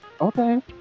okay